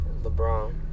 LeBron